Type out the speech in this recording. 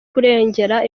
kurengera